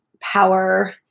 power